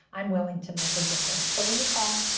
um willing to make a difference. so will you call?